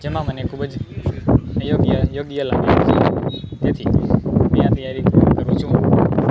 જેમાં મને ખૂબ જ ને યોગ્ય અને યોગ્ય લાગે છે તેથી અહીંયા તૈયારી કરું છું